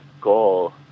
goal